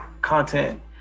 content